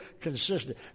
consistent